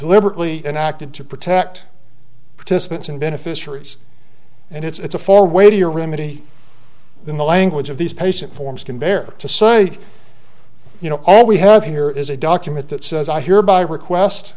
deliberately enacted to protect participants and beneficiaries and it's a four way to your remedy then the language of these patient forms can bear to say you know all we have here is a document that says i hereby request